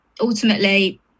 ultimately